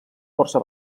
força